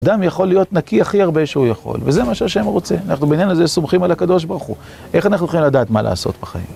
אדם יכול להיות נקי הכי הרבה שהוא יכול, וזה מה שהשם רוצה. אנחנו בעניין הזה סומכים על הקדוש ברוך הוא. איך אנחנו יכולים לדעת מה לעשות בחיים?